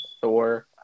Thor